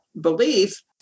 belief